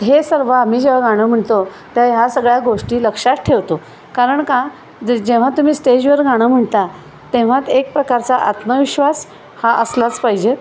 हे सर्व आम्ही जेव्हा गाणं म्हणतो त्या ह्या सगळ्या गोष्टी लक्षात ठेवतो कारण का जे जेव्हा तुम्ही स्टेजवर गाणं म्हणता तेव्हा एक प्रकारचा आत्मविश्वास हा असलाच पाहिजे